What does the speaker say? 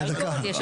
רגע, דקה.